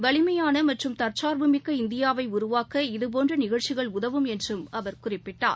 வலிமையானமற்றும் தற்சார்புமிக்க இந்தியாவைஉருவாக்க இதுபோன்றநிகழ்ச்சிகள் உதவும் என்றும் அவர் குறிப்பிட்டார்